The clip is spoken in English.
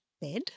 bed